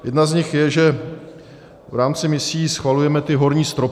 Jedna z nich je, že v rámci misí schvalujeme ty horní stropy.